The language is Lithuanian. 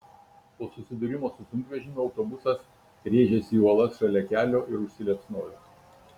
po susidūrimo su sunkvežimiu autobusas rėžėsi į uolas šalia kelio ir užsiliepsnojo